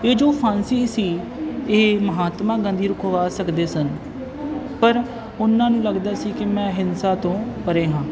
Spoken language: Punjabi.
ਇਹ ਜੋ ਫਾਂਸੀ ਸੀ ਇਹ ਮਹਾਤਮਾ ਗਾਂਧੀ ਰੁਕਵਾ ਸਕਦੇ ਸਨ ਪਰ ਉਹਨਾਂ ਨੂੰ ਲੱਗਦਾ ਸੀ ਕਿ ਮੈਂ ਹਿੰਸਾ ਤੋਂ ਪਰੇ ਹਾਂ